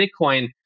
Bitcoin